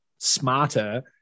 smarter